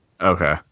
okay